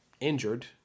injured